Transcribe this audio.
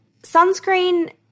sunscreen